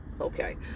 Okay